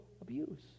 abuse